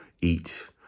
eat